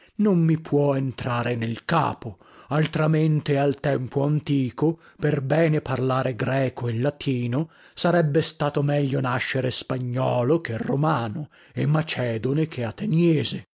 non mi può entrare nel capo altramente al tempo antico per bene parlare greco e latino sarebbe stato meglio nascere spagnolo che romano e macedone che ateniese